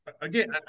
again